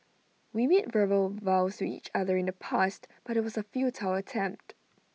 we made verbal vows to each other in the past but IT was A futile attempt